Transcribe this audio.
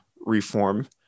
reform